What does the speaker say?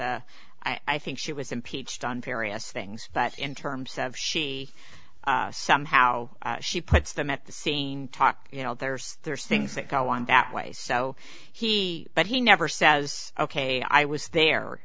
i think she was impeached on various things but in terms of she somehow she puts them at the scene talk you know there's there's things that go on that way so he but he never says ok i was there